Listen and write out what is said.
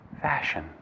fashion